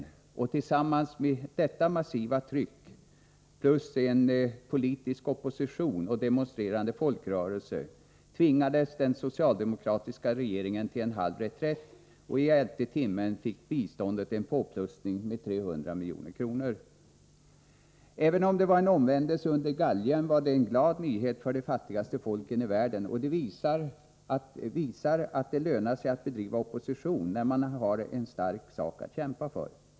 Detta tillsammans med ett massivt tryck från en politisk opposition och demonstrerande folkrörelser tvingade den socialdemokratiska regeringen till en halv reträtt, och i elfte timmen fick biståndet en påplussning med 300 milj.kr. Även om det var en omvändelse under galgen var det en glad nyhet för de fattigaste folken i världen, och det visar att det lönar sig att bedriva opposition när man har en viktig sak att kämpa för.